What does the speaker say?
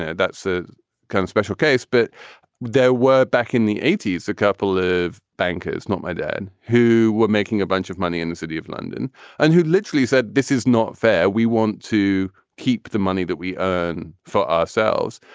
that's a kind of special case. but there were back in the eighty s, a couple of bankers, not my dad, who were making a bunch of money in the city of london and who literally said, this is not fair. we want to keep the money that we earn for ourselves.